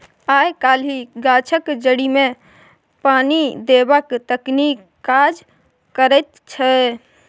आय काल्हि गाछक जड़िमे पानि देबाक तकनीक काज करैत छै